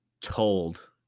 told